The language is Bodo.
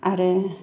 आरो